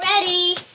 Ready